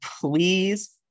please